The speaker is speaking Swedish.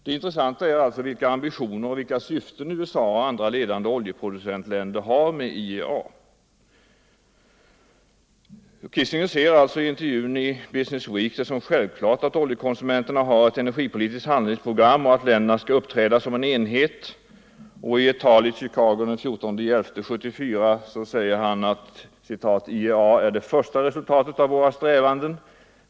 Det intressanta är vilka ambitioner och vilka syften USA och andra ledande oljeproducentländer har med IEP. Kissinger anser i intervjun i Business Week det vara självklart att oljekonsumenterna har ett energipolitiskt handlingsprogram och att länderna skall uppträda som en enhet. I ett tal i Chicago den 14 november 1974 säger han: ”IEA är det första resultatet av våra strävanden.